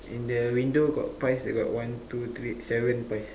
in the window got pies they got one two three seven pies